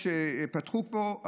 פתחו פה,